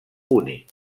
únic